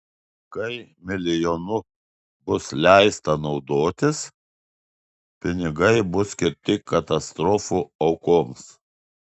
kai milijonu bus leista naudotis pinigai bus skirti katastrofų aukoms